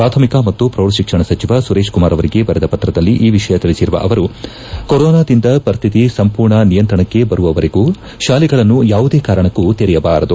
ಪ್ರಾಥಮಿಕ ಮತ್ತು ಪ್ರೌಢಶಿಕ್ಷಣ ಸಚಿವ ಸುರೇಶ್ಕುಮಾರ್ ಅವರಿಗೆ ಬರೆದ ಪತ್ರದಲ್ಲಿ ಈ ವಿಷಯ ತಿಳಿಸಿರುವ ಅವರು ಕೊರೋನಾದಿಂದ ಪರಿಸ್ಥಿತಿ ಸಂಪೂರ್ಣ ನಿಯಂತ್ರಣಕ್ಕೆ ಬರುವವರೆಗೂ ಶಾಲೆಗಳನ್ನು ಯಾವುದೇ ಕಾರಣಕ್ಕೂ ತೆರೆಯಬಾರದು